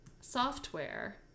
software